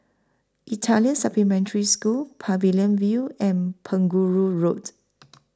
Italian Supplementary School Pavilion View and Penjuru Road